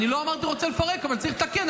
אני לא אמרתי שאני רוצה לפרק, אבל צריך לתקן.